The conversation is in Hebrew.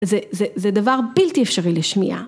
זה דבר בלתי אפשרי לשמיעה.